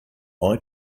eye